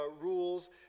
rules